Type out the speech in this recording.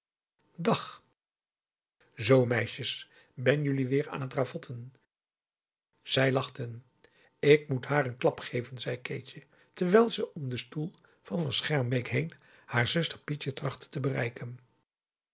maurits zoo meisjes ben jullie weer aan het ravotten zij lachten ik moet haar een klap geven zei keetje terwijl ze om den stoel van van schermbeek heen haar zuster pietje trachtte te bereiken